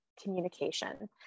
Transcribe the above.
communication